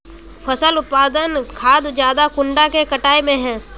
फसल उत्पादन खाद ज्यादा कुंडा के कटाई में है?